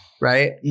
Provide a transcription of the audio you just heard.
Right